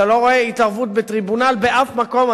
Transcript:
אתה לא רואה התערבות בטריבונל באף מקום,